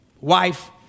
wife